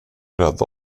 rädda